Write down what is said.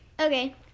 okay